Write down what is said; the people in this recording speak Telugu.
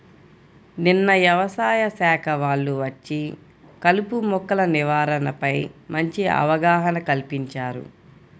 నిన్న యవసాయ శాఖ వాళ్ళు వచ్చి కలుపు మొక్కల నివారణపై మంచి అవగాహన కల్పించారు